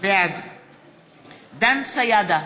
בעד דן סידה,